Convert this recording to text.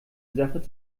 sache